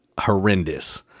horrendous